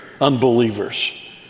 unbelievers